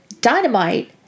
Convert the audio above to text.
Dynamite